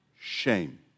shame